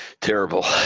terrible